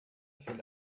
fehlt